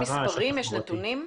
יש מספרים, נתונים,